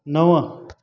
नव